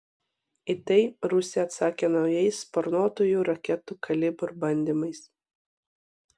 į tai rusija atsakė naujais sparnuotųjų raketų kalibr bandymais